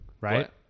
right